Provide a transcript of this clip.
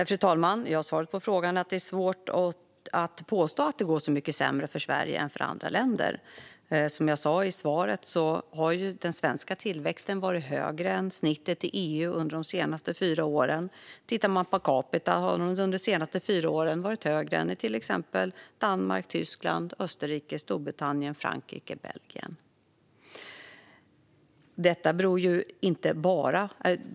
Fru talman! När det gäller att det är svårt att påstå att det går så mycket sämre för Sverige än för andra länder sa jag i svaret att den svenska tillväxten har varit högre än snittet i EU under de senaste fyra åren. Tittar man på tillväxten per capita har den under de senaste fyra åren varit högre än i till exempel Danmark, Tyskland, Österrike, Storbritannien, Frankrike och Belgien.